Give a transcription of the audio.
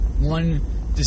one